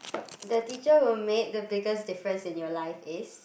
the teacher who made the biggest difference in your life is